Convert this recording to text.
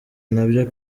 nabyo